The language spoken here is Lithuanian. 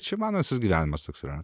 čia manasis gyvenimas toks yra